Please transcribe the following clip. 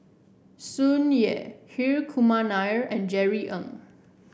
Tsung Yeh Hri Kumar Nair and Jerry Ng